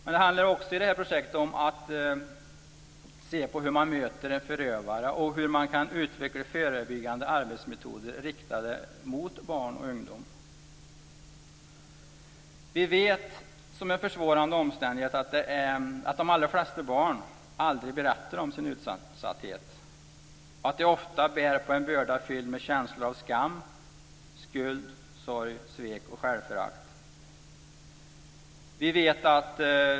Men projektet handlar också om hur man möter en förövare hur man kan utveckla förebyggande arbetsmetoder riktade mot barn och ungdom. Vi vet att en försvårande omständighet är att de allra flesta barn aldrig berättar om sin utsatthet och att de ofta bär på en börda av känslor av skam, skuld, sorg, svek och självförakt.